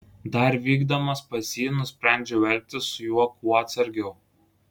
dar vykdamas pas jį nusprendžiau elgtis su juo kuo atsargiau